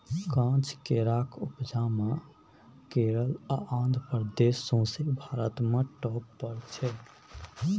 काँच केराक उपजा मे केरल आ आंध्र प्रदेश सौंसे भारत मे टाँप पर छै